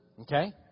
okay